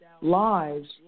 lives